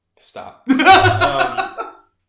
Stop